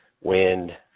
wind